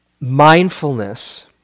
mindfulness